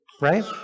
right